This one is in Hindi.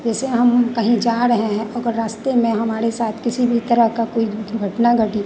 जैसे हम कहीं जा रहे हैं और अगर रास्ते में हमारे साथ किसी भी तरह की कोई भी घटना घटी